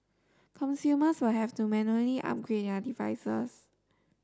consumers will have to manually upgrade their devices